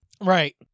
right